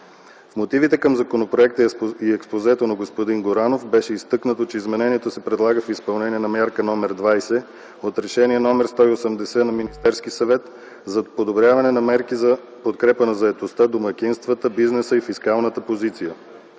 В мотивите към законопроекта и експозето на господин Горанов беше изтъкнато, че изменението се предлага в изпълнение на Мярка № 20 от Решение № 180 на Министерския съвет за одобряване на мерки за подкрепа на заетостта, домакинствата, бизнеса и фискалната позиция.